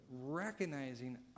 recognizing